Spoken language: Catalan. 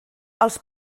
els